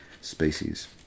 species